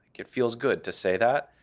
it feels good to say that.